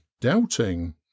doubting